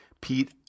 Pete